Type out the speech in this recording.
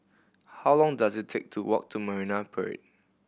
how long does it take to walk to Marine Parade